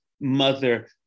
mother